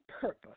purpose